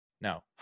no